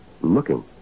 Looking